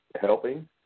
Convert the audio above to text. helping